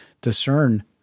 discern